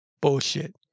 bullshit